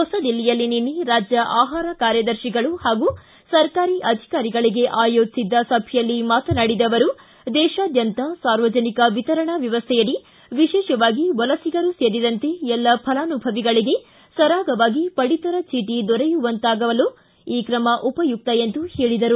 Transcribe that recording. ಹೊಸದಿಲ್ಲಿಯಲ್ಲಿ ನಿನ್ನೆ ರಾಜ್ಯ ಆಹಾರ ಕಾರ್ಯದರ್ತಿಗಳು ಹಾಗೂ ಸರ್ಕಾರಿ ಅಧಿಕಾರಿಗಳಿಗೆ ಆಯೋಜಿಸಿದ್ದ ಸಭೆಯಲ್ಲಿ ಮಾತನಾಡಿದ ಅವರು ದೇಶಾದ್ಯಂತ ಸಾರ್ವಜನಿಕ ವಿತರಣಾ ವ್ಯವಸ್ಥೆಯಡಿ ವಿಶೇಷವಾಗಿ ವಲಸಿಗರು ಸೇರಿದಂತೆ ಎಲ್ಲ ಫಲಾನುಭವಿಗಳಿಗೆ ಸರಾಗವಾಗಿ ಪಡಿತರ ಚೀಟ ದೊರೆಯುವಂತಾಗಲು ಈ ಕ್ರಮ ಉಪಯುಕ್ತ ಎಂದು ಹೇಳಿದರು